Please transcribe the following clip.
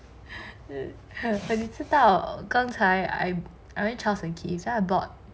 你知道刚才 I I went charles and keith so I bought